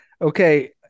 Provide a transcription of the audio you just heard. Okay